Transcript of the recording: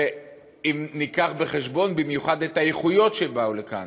בייחוד אם נביא בחשבון את האיכויות שהביאו לכאן.